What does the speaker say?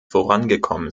vorangekommen